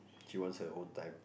she wants her own time